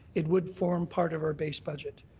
it would form part of our base budget.